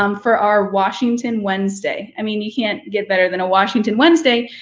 um for our washington wednesday. i mean, you can't get better than a washington wednesday.